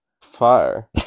Fire